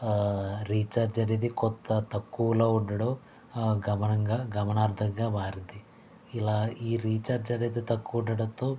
recharge అనేది కొంత తక్కువలో ఉండడం గమనంగా గమనార్ధంగా మారింది ఇలా ఈ రీఛార్జ్ అనేది తక్కువ ఉండడంతో